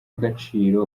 agaciro